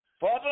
Father